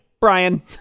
Brian